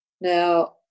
Now